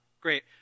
Great